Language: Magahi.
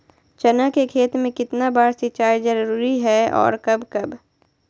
चना के खेत में कितना बार सिंचाई जरुरी है और कब कब?